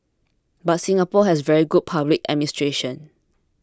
but Singapore has very good public administration